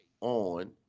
on